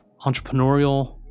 entrepreneurial